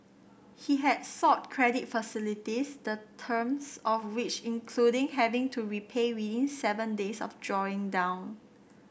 he had sought credit facilities the terms of which including having to repay within seven days of drawing down